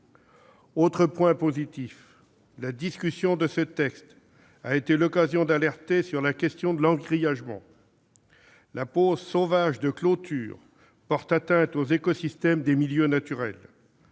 Autre point positif : la discussion de ce texte a été l'occasion d'alerter sur la question de l'engrillagement. La pose sauvage de clôtures porte atteinte aux écosystèmes des milieux naturels.